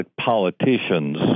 politicians